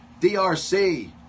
DRC